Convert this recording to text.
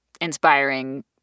inspiring